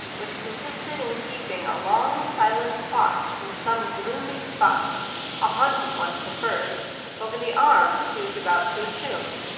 which consisted in keeping a long silent watch in some gloomy spot a haunted one preferred over the arms he was about to assume.